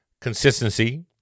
consistency